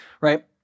Right